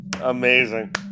Amazing